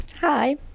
Hi